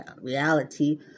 reality